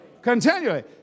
Continually